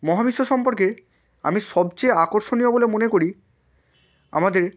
মহাবিশ্ব সম্পর্কে আমি সবচেয়ে আকর্ষণীয় বলে মনে করি আমাদের